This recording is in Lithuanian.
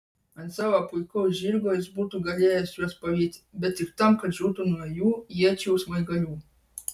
ant savo puikaus žirgo jis būtų galėjęs juos pavyti bet tik tam kad žūtų nuo jų iečių smaigalių